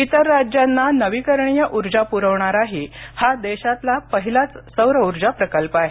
इतर राज्यांना नवीकरणीय उर्जा पुरवणाराही हा देशातला पहिलाच सौर उर्जा प्रकल्प आहे